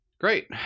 Great